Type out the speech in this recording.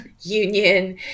union